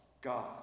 God